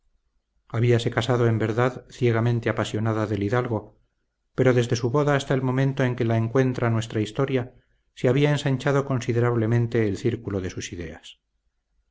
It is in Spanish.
de vadillo habíase casado en verdad ciegamente apasionada del hidalgo pero desde su boda hasta el punto en que la encuentra nuestra historia se había ensanchado considerablemente el círculo de sus ideas